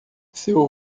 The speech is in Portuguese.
seu